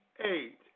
eight